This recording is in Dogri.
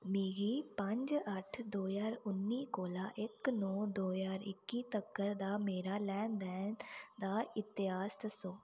मिगी पंज अट्ठ दो ज्हार उ'न्नी कोला इक नौ दो ज्हार इक्की तक्कर दा मेरा लैन देन दा इतिहास दस्सो